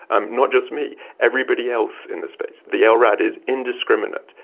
and not just me, everybody else in the space. the ah lrad is indiscriminate,